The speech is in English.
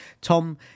Tom